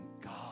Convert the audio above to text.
God